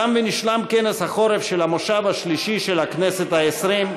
תם ונשלם כנס החורף של המושב השלישי של הכנסת העשרים.